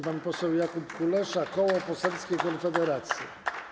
Pan poseł Jakub Kulesza, Koło Poselskie Konfederacja.